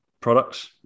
products